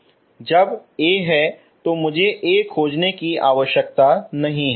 जब A है तो मुझे A खोजने की आवश्यकता नहीं है